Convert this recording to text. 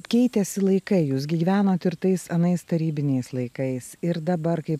keitėsi laikai jūs gi gyvenot ir tais anais tarybiniais laikais ir dabar kai